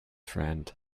friend